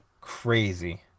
Crazy